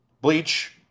Bleach